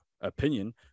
opinion